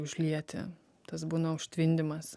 užlieti tas būna užtvindymas